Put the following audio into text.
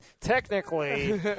Technically